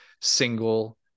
single